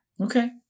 Okay